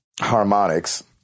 Harmonics